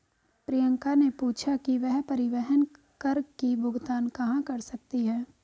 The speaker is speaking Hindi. प्रियंका ने पूछा कि वह परिवहन कर की भुगतान कहाँ कर सकती है?